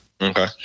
Okay